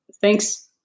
thanks